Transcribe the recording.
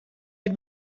het